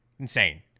Insane